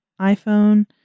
iPhone